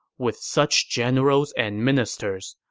with such generals and ministers,